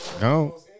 No